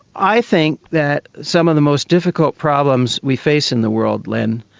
i think that some of the most difficult problems we face in the world, lynne,